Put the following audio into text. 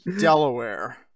Delaware